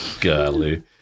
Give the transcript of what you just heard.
Golly